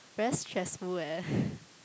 very stressful eh